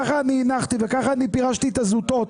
ככה אני הנחתי וככה אני פירשתי את הזוטות